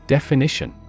Definition